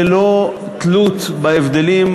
ללא תלות בהבדלים,